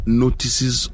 notices